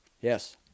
Yes